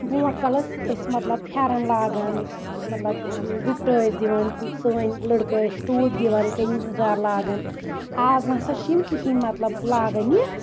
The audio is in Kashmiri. برونٹھ کال أسۍ أسۍ مطلب پھیٚرَن لاگان مطلب دُپٹہٕ ٲسۍ دِوان تِم سٲنۍ لڑکہٕ ٲسۍ ٹوٗپۍ دِوان کٔمیٖز یزار لاگان آز نسا چھنہٕ یِم کہیٖنۍ مطلب لاگان یہِ